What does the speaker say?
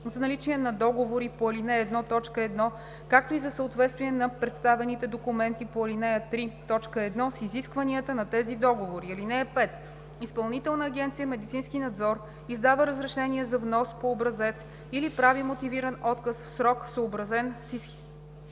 за наличие на договори по ал. 1, т. 1, както и за съответствие на представените документи по ал. 3, т. 1 с изискванията на тези договори. (5) Изпълнителна агенция „Медицински надзор“ издава разрешение за внос по образец или прави мотивиран отказ в срок, съобразен с